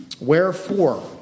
Wherefore